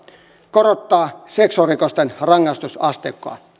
korottaa seksuaalirikosten rangaistusasteikkoa